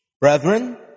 Brethren